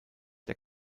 der